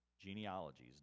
genealogies